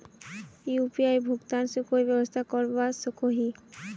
UPI भुगतान से कोई व्यवसाय करवा सकोहो ही?